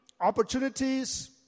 opportunities